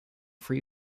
free